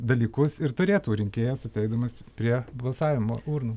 dalykus ir turėtų rinkėjas ateidamas prie balsavimo urnų